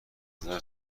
نظر